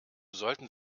sollten